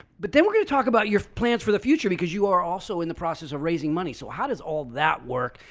but then we're going to talk about your plans for the future because you are also in the process of raising money. so how does all that work?